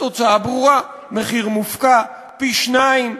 התוצאה ברורה: מחיר מופקע פי-שניים.